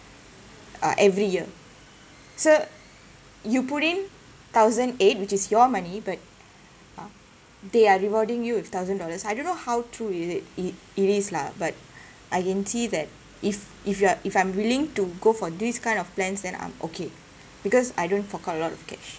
uh every year so you put in thousand eight which is your money but uh they are rewarding you with thousand dollars I don't know how true is it it it is lah but I can see that if if you're if I'm willing to go for this kind of plans then I'm okay because I don't fork out a lot of cash